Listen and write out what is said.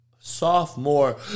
sophomore